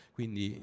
Quindi